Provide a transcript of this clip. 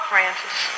Francis